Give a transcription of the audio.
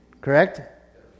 Correct